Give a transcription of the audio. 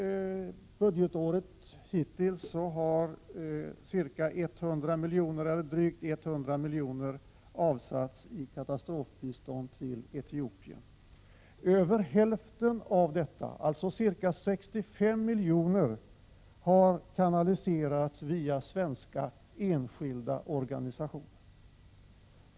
Hittills under budgetåret har drygt 100 miljoner avsatts till katastrofbistånd i Etiopien. Över hälften av dessa pengar, dvs. ca 65 miljoner, har kanaliserats via svenska enskilda organisationer.